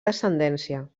descendència